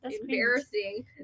embarrassing